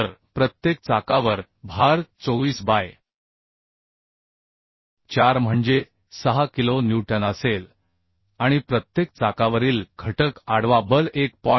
तर प्रत्येक चाकावर भार 24 बाय 4 म्हणजे 6 किलो न्यूटन असेल आणि प्रत्येक चाकावरील घटक आडवा बल 1